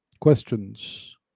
Questions